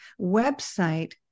website